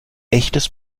echtes